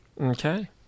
okay